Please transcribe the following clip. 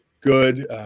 good